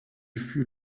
fut